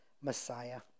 Messiah